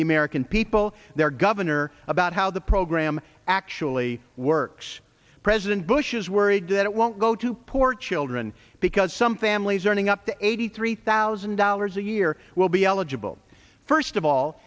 the american people their governor about how the program actually works president bush is worried that it won't go to poor children because some families earning up to eighty three thousand dollars a year will be eligible first of all